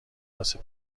واسه